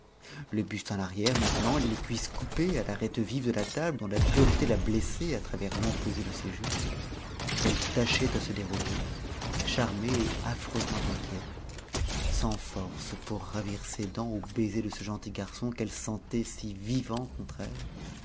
le buste en arrière maintenant les cuisses coupées à l'arête vive de la table dont la dureté la blessait à travers l'empesé de ses jupes elle tâchait à se dérober charmée et affreusement inquiète sans force pour ravir ses dents au baiser de ce gentil garçon qu'elle sentait si vivant contre elle